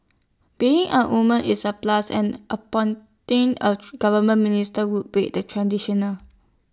being A woman is A plus and appointing A government minister would break the traditional